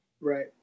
Right